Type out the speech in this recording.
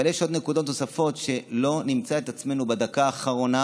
אבל יש נקודות נוספות שלא נמצא את עצמנו בדקה האחרונה